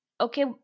okay